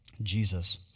Jesus